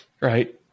Right